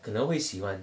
可能会喜欢